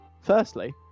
Firstly